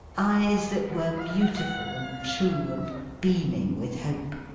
eyes that were beautiful and true, and beaming with hope.